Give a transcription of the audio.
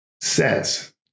says